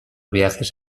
viajes